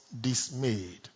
dismayed